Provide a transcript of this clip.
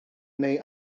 neu